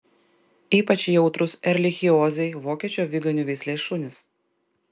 ypač jautrūs erlichiozei vokiečių aviganių veislės šunys